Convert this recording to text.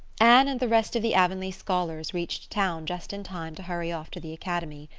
anne and the rest of the avonlea scholars reached town just in time to hurry off to the academy.